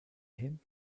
him